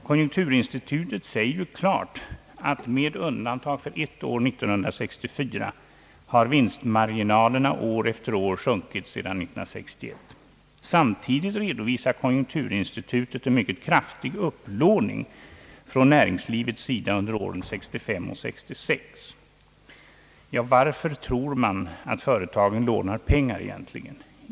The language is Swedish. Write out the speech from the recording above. Konjunkturinstitutet säger klart, att med undantag för ett år, 1964, har vinstmarginalerna år efter år sjunkit sedan 1961. Samtidigt redovisar konjunkturinstitutet en mycket kraftig upplåning från näringslivets sida under åren 1965 och 1966. Varför, tror man, lånar företagen pengar egentligen?